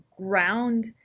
ground